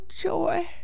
joy